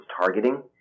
targeting